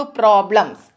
problems